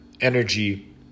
energy